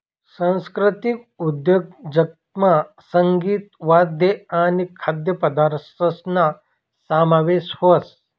सांस्कृतिक उद्योजकतामा संगीत, वाद्य आणि खाद्यपदार्थसना समावेश व्हस